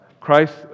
Christ